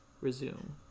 resume